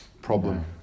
Problem